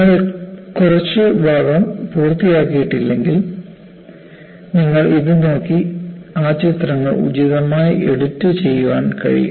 നിങ്ങൾ കുറച്ച് ഭാഗം പൂർത്തിയാക്കിയിട്ടില്ലെങ്കിൽ നിങ്ങൾക്ക് ഇത് നോക്കി ആ ചിത്രങ്ങൾ ഉചിതമായി എഡിറ്റു ചെയ്യാൻ കഴിയും